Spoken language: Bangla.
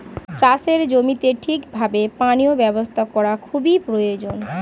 চাষের জমিতে ঠিক ভাবে পানীয় ব্যবস্থা করা খুবই প্রয়োজন